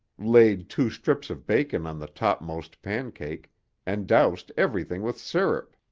laid two strips of bacon on the topmost pancake and doused everything with syrup.